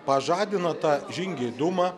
pažadino tą žingeidumą